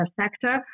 sector